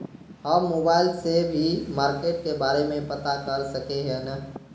हम मोबाईल से भी मार्केट के बारे में पता कर सके है नय?